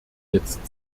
jetzt